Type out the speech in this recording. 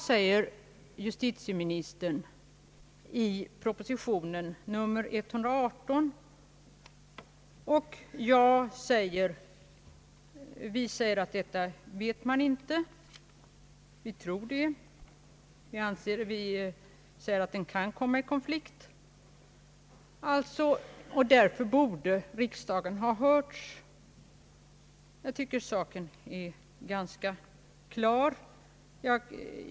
Vi säger att detta vet man inte. Vi säger att den kan komma i konflikt, och därför borde riksdagen ha hörts. Jag tycker att saken är ganska klar.